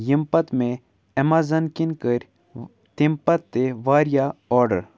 یِم پَتہٕ مےٚ اٮ۪مَزَن کِنۍ کٔرۍ تَمہِ پَتہٕ تہِ واریاہ آرڈر